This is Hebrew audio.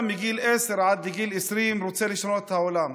מגיל עשר עד גיל 20 רוצה לשנות העולם,